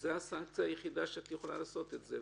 שזו הסנקציה היחידה שאת יכולה לעשות את זה,